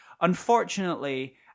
unfortunately